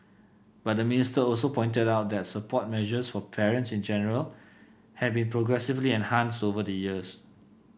but the minister also pointed out that support measures for parents in general have been progressively enhanced over the years